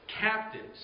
captives